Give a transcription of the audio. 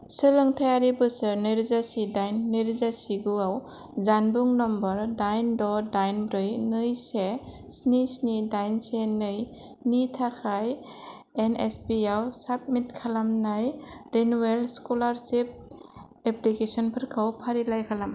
सोलोंथायारि बोसोर नै रोजा से दाइन नै रोजा से गु आव जानबुं नम्बर दाइन द' दाइन ब्रै नै से स्नि स्नि दाइन से नै नि थाखाय एनएसपि आव साबमिट खालामनाय रिनिउयेल स्कलारशिप एप्लिकेशनफोरखौ फारिलाइ खालाम